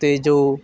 ਅਤੇ ਜੋ